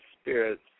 Spirits